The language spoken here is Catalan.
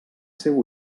seu